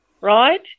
right